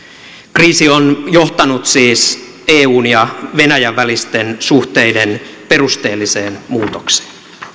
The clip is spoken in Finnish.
kriisi on johtanut siis eun ja venäjän välisten suhteiden perusteelliseen muutokseen